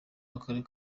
w’akarere